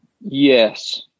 Yes